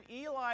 Eli